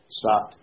stop